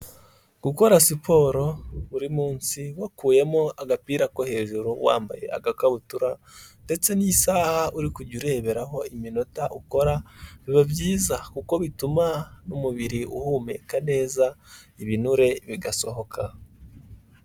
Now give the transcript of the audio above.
Gukora siporo buri munsi wakuyemo agapira ko hejuru wambaye agakabutura, ndetse n'isaha uri kujya ureberaho iminota ukora, biba byiza kuko bituma n'umubiri uhumeka neza ibinure bigasohoka.